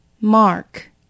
mark